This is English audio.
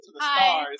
hi